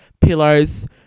pillows